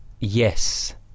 Yes